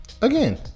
Again